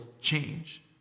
change